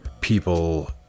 people